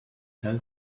tell